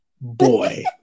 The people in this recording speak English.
boy